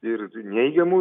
ir neigiamų